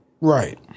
Right